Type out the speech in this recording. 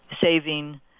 saving